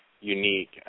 unique